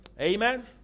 Amen